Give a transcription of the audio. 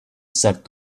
said